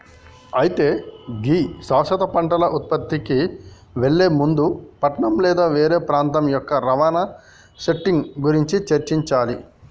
అయితే గీ శాశ్వత పంటల ఉత్పత్తికి ఎళ్లే ముందు పట్నం లేదా వేరే ప్రాంతం యొక్క రవాణా సెట్టింగ్ గురించి చర్చించాలి